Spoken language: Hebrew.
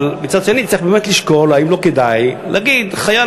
אבל מצד שני צריך באמת לשקול אם לא כדאי להגיד שחייל